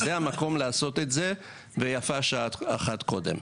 זה המקום לעשות את זה ויפה שעה אחת קודם.